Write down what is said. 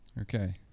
Okay